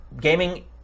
gaming